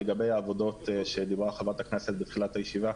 לגבי העבודות שדיברה חברת הכנסת בתחילת הישיבה,